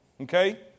Okay